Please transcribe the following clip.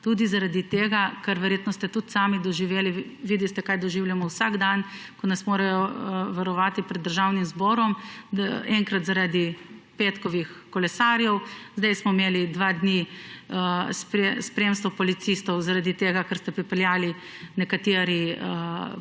tudi zaradi tega, ker verjetno ste tudi sami doživeli, videli ste, kaj doživljamo vsak dan, da nas morajo varovati pred Državnim zborom, enkrat zaradi petkovih kolesarjev, sedaj smo imeli dva dni spremstvo policistov, ker ste pripeljali nekateri